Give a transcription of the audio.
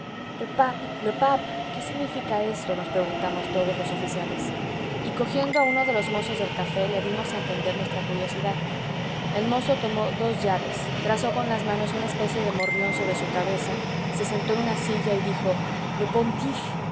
le pape qué significa esto nos preguntamos todos los oficiales y cogiendo a uno de los mozos del café le dimos a entender nuestra curiosidad el mozo tomó dos llaves trazó con las manos una especie de morrión sobre su cabeza se sentó en una silla y dijo le pontife